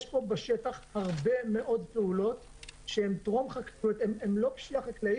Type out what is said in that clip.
יש פה בשטח הרבה מאוד פעולות שהן לא פשיעה חקלאית,